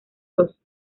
dos